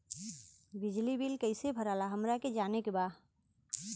बिजली बिल कईसे भराला हमरा के जाने के बा?